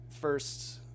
first